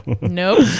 nope